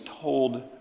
told